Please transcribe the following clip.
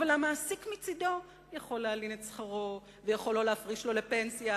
אבל המעסיק מצדו יכול להלין את שכרו ויכול לא להפריש לו לפנסיה